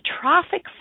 traffic